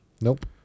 Nope